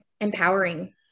empowering